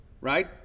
right